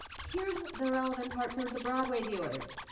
here's the relevant part for the broadway viewers.